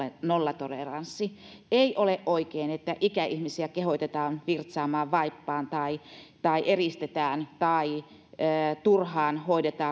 nollatoleranssi ei ole oikein että ikäihmisiä kehotetaan virtsaamaan vaippaan tai tai eristetään tai hoidetaan turhaan